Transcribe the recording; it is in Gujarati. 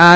આર